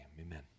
amen